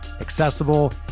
accessible